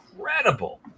Incredible